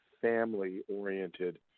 family-oriented